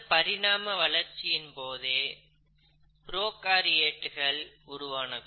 இந்த பரிமாண வளர்ச்சியின் போதே புரோகாரியேட்டுகள் உருவானது